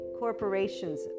corporations